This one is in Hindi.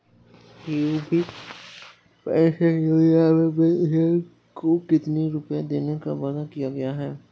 यू.पी पेंशन योजना में वृद्धजन को कितनी रूपये देने का वादा किया गया है?